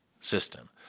system